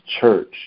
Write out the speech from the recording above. church